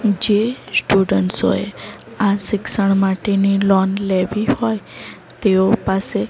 જે સ્ટુડન્ટ્સો એ આ શિક્ષણ માટેની લોન લેવી હોય તેઓ પાસે